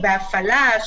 בהפעלה,